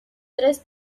tres